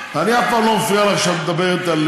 אני אף פעם לא מפריע לך כשאת מדברת על